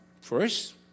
first